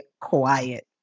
quiet